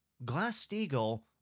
Glass-Steagall